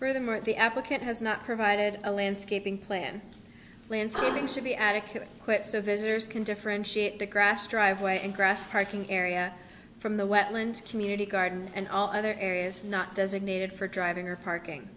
for them or at the applicant has not provided a landscaping plan landscaping should be adequate quick so visitors can differentiate the grass driveway and grass parking area from the wetlands community garden and all other areas not designated for driving or parking